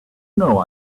know